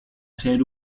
ser